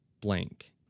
blank